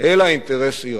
אלא אינטרס אירני.